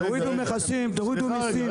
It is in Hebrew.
תורידו מכסים, תורידו מסים.